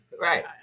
right